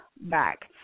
back